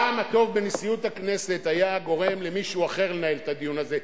הטעם הטוב בנשיאות הכנסת היה גורם למישהו אחר לנהל את הדיון הזה.